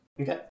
Okay